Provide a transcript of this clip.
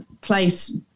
place